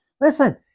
listen